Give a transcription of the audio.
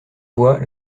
voix